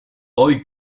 hoy